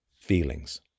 feelings